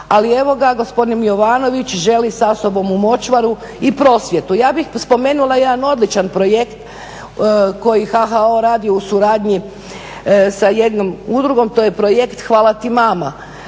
Ali evo ga, gospodin Jovanović želi sa sobom u močvaru i prosvjetu. Ja bih spomenula jedan odličan projekt koji HHO radi u suradnji sa jednom udrugom, to je projekt "Hvala ti mama".